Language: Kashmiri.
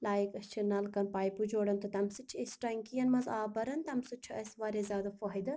لایک أسۍ چھِ نَلکَن پایپہٕ جوڑان تہٕ تَمہِ سۭتۍ چھِ أسۍ ٹَنکِیَن مَنٛز آب بھران تَمہِ سۭتۍ چھُ اسہِ واریاہ زیادٕ فٲیدٕ